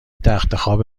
تختخواب